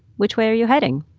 which way are you heading?